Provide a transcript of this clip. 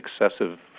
excessive